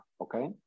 okay